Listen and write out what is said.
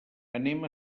anem